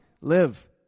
Live